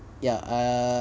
ya err